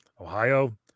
Ohio